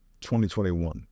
2021